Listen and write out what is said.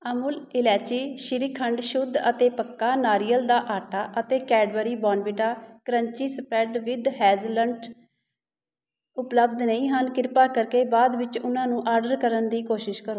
ਅਮੁੱਲ ਇਲਾਇਚੀ ਸ਼੍ਰੀਖੰਡ ਸ਼ੁੱਧ ਅਤੇ ਪੱਕਾ ਨਾਰੀਅਲ ਦਾ ਆਟਾ ਅਤੇ Cadbury Bournvita crunchy spread with hazelnut ਉਪਲਬਧ ਨਹੀਂ ਹਨ ਕਿਰਪਾ ਕਰਕੇ ਬਾਅਦ ਵਿੱਚ ਉਹਨਾਂ ਨੂੰ ਆਡਰ ਕਰਨ ਦੀ ਕੋਸ਼ਿਸ਼ ਕਰੋ